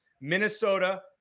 Minnesota